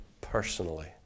personally